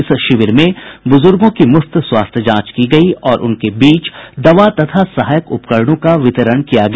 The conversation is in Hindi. इस शिविर में बुजुर्गों की मुफ्त स्वास्थ्य जांच की गयी और उनके बीच दवा तथा सहायक उपकरणों का वितरण किया गया